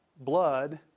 blood